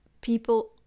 people